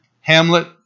Hamlet